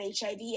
HIV